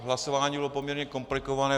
Hlasování bylo poměrně komplikované.